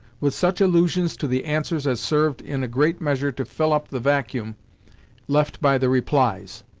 with such allusions to the answers as served in a great measure to fill up the vacuum left by the replies.